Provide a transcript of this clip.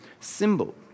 symbol